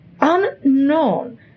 unknown